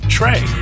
Trey